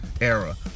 era